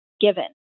given